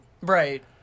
right